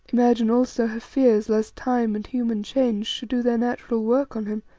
imagine also her fears lest time and human change should do their natural work on him,